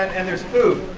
um and there's food.